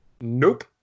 Nope